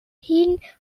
hinzufügen